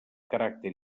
caràcter